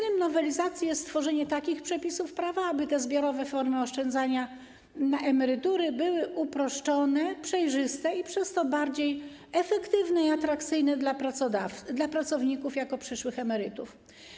Celem nowelizacji jest stworzenie takich przepisów prawa, aby te zbiorowe formy oszczędzania na emerytury były uproszczone, przejrzyste i przez to bardziej efektywne i atrakcyjne dla pracowników jako przyszłych emerytów.